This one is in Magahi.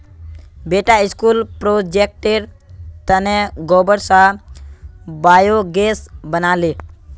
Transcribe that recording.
बेटा स्कूल प्रोजेक्टेर तने गोबर स बायोगैस बना ले